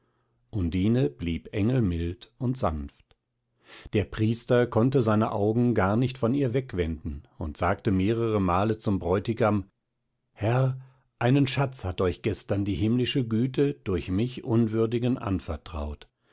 undine blieb engelmild und sanft der priester konnte seine augen gar nicht von ihr wegwenden und sagte mehrere male zum bräutigam herr einen schatz hat euch gestern die himmlische güte durch mich unwürdigen anvertraut